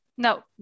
No